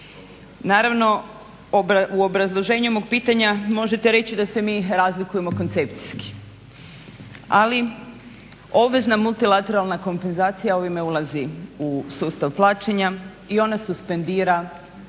Naravno u obrazloženju mog pitanja možete reći da se mi razlikujemo koncepcijski, ali obvezna multilateralna kompenzacija ovime ulazi u sustav plaćanja i ona suspendira valutu